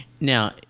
Now